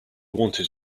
wanted